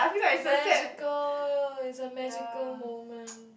magical is a magical moment